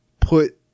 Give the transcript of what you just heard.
put